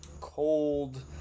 cold